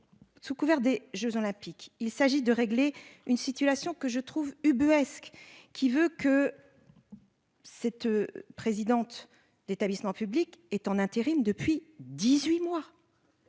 Sous couvert des Jeux olympiques. Il s'agit de régler une situation que je trouve ubuesque qui veut que. Cette présidente d'établissement public est en intérim depuis 18 mois.